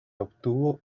obtuvo